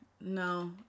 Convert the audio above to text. No